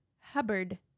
Hubbard